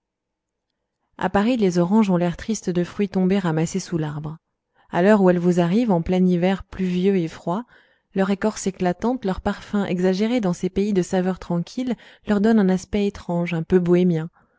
à paris les oranges ont l'air triste de fruits tombés ramassés sous l'arbre à l'heure où elles vous arrivent en plein hiver pluvieux et froid leur écorce éclatante leur parfum exagéré dans ces pays de saveurs tranquilles leur donnent un aspect étrange un peu bohémien